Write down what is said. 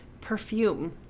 Perfume